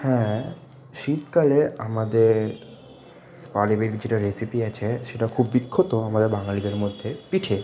হ্যাঁ শীতকালে আমাদের বাড়ি বাড়ি যেটা রেসিপি আছে সেটা খুব বিখ্যাত আমাদের বাঙালিদের মধ্যে পিঠে